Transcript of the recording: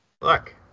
Look